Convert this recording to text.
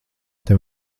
tev